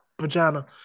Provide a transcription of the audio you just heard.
vagina